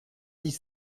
dix